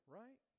right